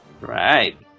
Right